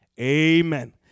Amen